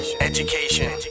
education